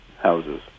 houses